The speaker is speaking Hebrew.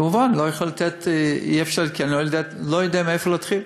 כמובן, אני לא יודע מאיפה להתחיל.